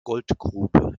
goldgrube